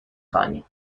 خوانید